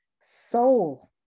soul